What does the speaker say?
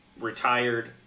retired